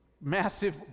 massive